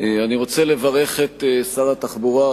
אני רוצה לברך את שר התחבורה,